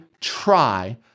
try